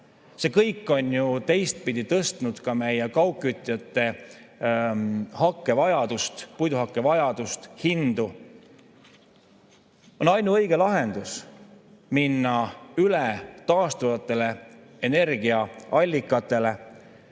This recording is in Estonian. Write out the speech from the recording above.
See kõik on ju teistpidi tõstnud ka meie kaugkütjate puiduhakkevajadust, hindu. On ainuõige lahendus minna üle taastuvatele energiaallikatele,